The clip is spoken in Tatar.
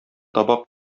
табак